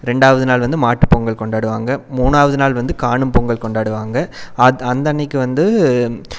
ரெண்டாவது நாள் வந்து மாட்டுப்பொங்கல் கொண்டாடுவாங்க மூணாவது நாள் வந்து காணும் பொங்கல் கொண்டாடுவாங்க அத் அந்தன்னைக்கு வந்து